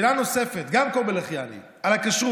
שאלה נוספת, גם של קובי לחיאני, על הכשרות.